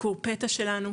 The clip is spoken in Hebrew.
ביקור פתע שלנו,